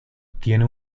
tiene